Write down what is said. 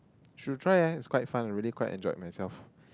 should try eh it's quite fun I really quite enjoyed myself